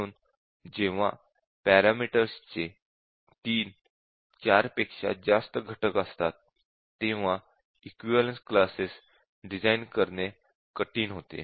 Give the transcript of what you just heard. म्हणून जेव्हा पॅरामीटर्स चे 3 4 पेक्षा जास्त घटक असतात तेव्हा इक्विवलेन्स क्लासेस डिझाईन करणे कठीण होते